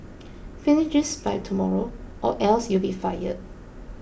finish this by tomorrow or else you'll be fired